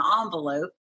envelope